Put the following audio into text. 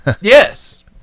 Yes